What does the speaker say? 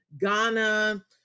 Ghana